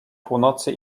północy